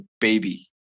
baby